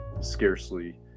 scarcely